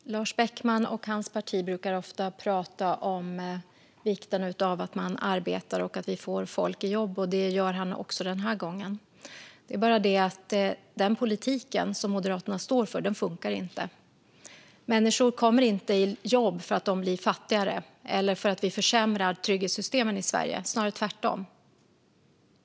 Fru talman! Lars Beckman och hans parti brukar ofta prata om vikten av att man arbetar och att vi får folk i jobb. Det gör han också den här gången. Det är bara det att den politik som Moderaterna står för inte funkar. Människor kommer inte i jobb för att de blir fattigare eller för att vi försämrar trygghetssystemen i Sverige, snarare tvärtom.